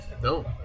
No